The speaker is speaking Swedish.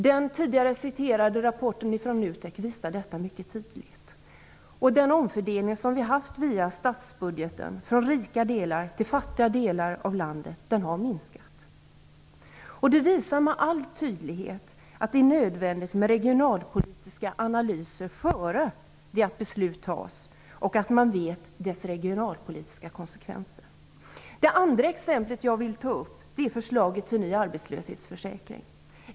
Den tidigare citerade rapporten från NUTEK visar detta mycket tydligt, och den omfördelning som vi genom statsbudgeten har haft från rika till fattiga delar av landet har minskat. Det visar med all tydlighet att regionalpolitiska analyser är nödvändiga -- innan besluten fattas och man vet deras regionalpolitiska konsekvenser. Det andra exemplet som jag vill ta upp är förslaget till ny arbetslöshetsförsäkring.